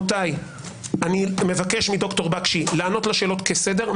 רבותיי, אני מבקש מד"ר בקשי לענות לשאלות כסדר.